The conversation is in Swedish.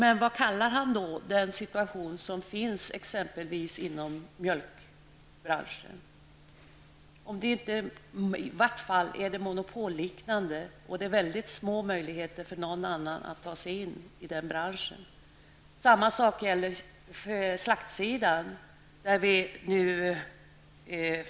Men vad kallar han då den situation som råder exempelvis inom mjölkbranschen? I vart fall är den monopolliknande, och det är små möjligheter för någon ny intressent att ta sig in i den branschen. Detsamma gäller på slakterisidan.